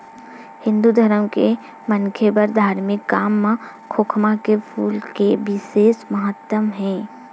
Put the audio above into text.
हिंदू धरम के मनखे बर धारमिक काम म खोखमा के फूल के बिसेस महत्ता हे